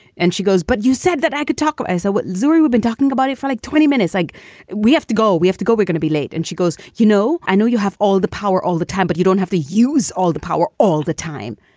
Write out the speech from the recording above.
and she goes. but you said that i could talk. i said, what? zora, we've been talking about it for like twenty minutes. like we have to go we have to go. we're gonna be late. and she goes, you know, i know you have all the power all the time, but you don't have to use all the power all the time